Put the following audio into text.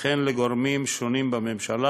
ולגורמים שונים בממשלה,